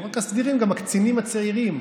לא רק הסדירים, גם הקצינים הצעירים.